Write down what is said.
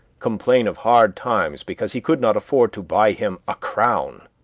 complain of hard times because he could not afford to buy him a crown!